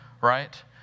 right